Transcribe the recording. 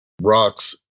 Rocks